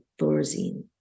Thorazine